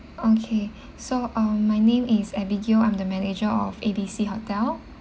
okay so uh my name is abigail I'm the manager of A B C hotel